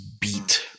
beat